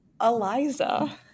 Eliza